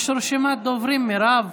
יש רשימת דוברים, מירב.